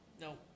no